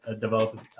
develop